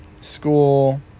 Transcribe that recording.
school